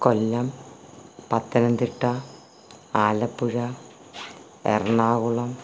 Kollam Pathanamthitta Alappuzha Ernakulam